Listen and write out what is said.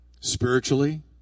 Spiritually